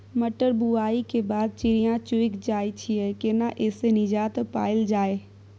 मटर बुआई के बाद चिड़िया चुइग जाय छियै केना ऐसे निजात पायल जाय?